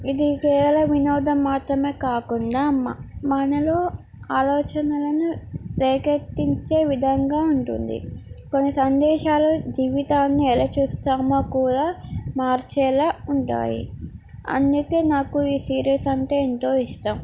ఇది కేవలం వినోదం మాత్రమే కాకుండా మా మనలో ఆలోచనలను రేకెత్తించే విధంగా ఉంటుంది కొన్ని సందేశాలు జీవితాన్ని ఎలా చూస్తామో కూడా మార్చేలాగ ఉంటాయి అందుకని నాకు ఈ సీరీల్స్ అంటే ఎంతో ఇష్టం